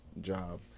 job